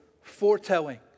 foretelling